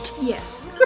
Yes